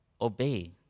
obey